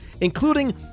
including